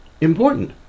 important